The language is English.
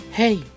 Hey